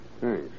Thanks